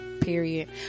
period